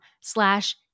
slash